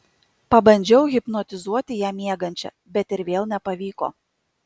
pabandžiau hipnotizuoti ją miegančią bet ir vėl nepavyko